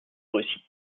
russie